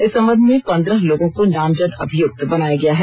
इस संबंध में पंद्रह लोगों को नामजद अभियुक्त बनाया गया है